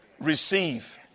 receive